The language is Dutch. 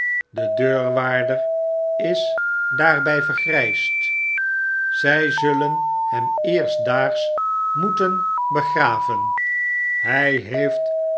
de deurwaarder is daarby vergrijsd zy zullen hem eerstdaags moeten begraven hij heeft